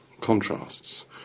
contrasts